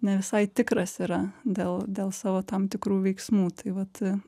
ne visai tikras yra dėl dėl savo tam tikrų veiksmų tai vat